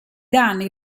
danni